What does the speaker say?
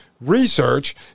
research